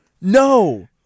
No